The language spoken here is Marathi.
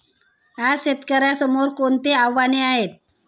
आज शेतकऱ्यांसमोर कोणती आव्हाने आहेत?